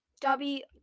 Dobby